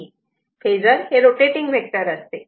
phasor हे rotating vector असते